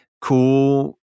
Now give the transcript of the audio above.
cool